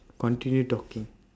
continue talking